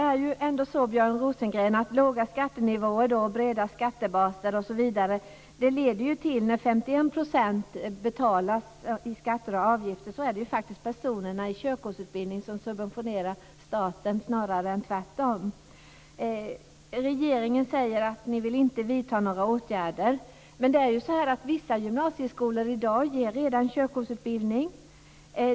Fru talman! Låga skattenivåer och breda skattebaser leder, när 51 % betalas i skatter och avgifter, till att det faktiskt är personer i körkortsutbildning som subventionerar staten snarare än tvärtom. Regeringen säger att ni inte vill vidta några åtgärder. Men vissa gymnasieskolor ger redan i dag körkortsutbildning.